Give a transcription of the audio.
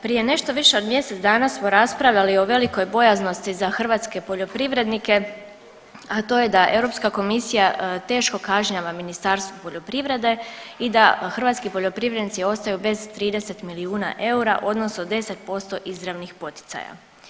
Prije nešto više od mjesec dana smo raspravljali o velikoj bojaznosti za hrvatske poljoprivrednike, a to je da Europska komisija teško kažnjava Ministarstvo poljoprivrede i da hrvatski poljoprivrednici ostaju bez 30 milijuna eura, odnosno 10% izravnih poticaja.